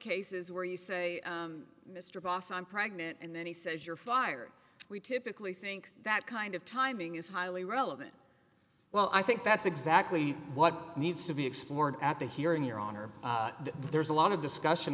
cases where you say mr abbas i'm pregnant and then he says you're fired we typically think that kind of timing is highly relevant well i think that's exactly what needs to be explored at the hearing your honor there's a lot of discussion